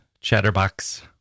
chatterbox